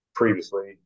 previously